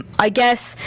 i guess,